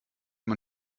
man